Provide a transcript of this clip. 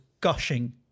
gushing